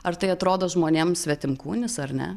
ar tai atrodo žmonėm svetimkūnis ar ne